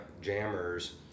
jammers